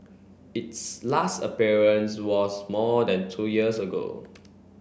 its last appearance was more than two years ago